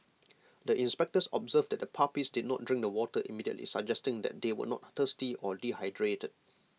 the inspectors observed that the puppies did not drink the water immediately suggesting that they were not thirsty or dehydrated